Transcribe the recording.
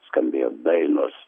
skambėjo dainos